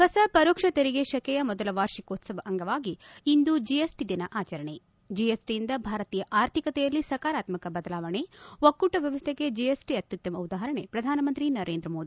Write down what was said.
ಹೊಸ ಪರೋಕ್ಷ ತೆರಿಗೆ ಶೆಕೆಯ ಮೊದಲ ವಾರ್ಷಿಕೋತ್ವವದ ಅಂಗವಾಗಿ ಇಂದು ಜಿಎಸ್ಟಿ ದಿನ ಆಚರಣೆ ಜಿಎಸ್ಟಿಯಿಂದ ಭಾರತೀಯ ಆರ್ಥಿಕತೆಯಲ್ಲಿ ಸಕಾರಾತ್ಮಕ ಬದಲಾವಣೆ ಒಕ್ಕೂಟ ವ್ಲವಸ್ಥೆಗೆ ಜಿಎಸ್ಟಿ ಅತ್ಯುತ್ತಮ ಉದಾಹರಣೆ ಪ್ರಧಾನಮಂತ್ರಿ ನರೇಂದ್ರ ಮೋದಿ